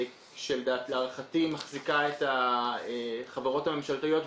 שלהערכתי היא מחזיקה את החברות הממשלתיות.